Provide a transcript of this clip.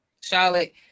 Charlotte